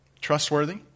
Trustworthy